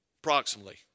Approximately